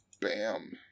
Bam